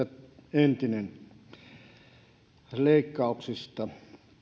entinen näistä leikkauksista